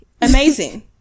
Amazing